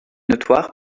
notoire